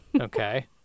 okay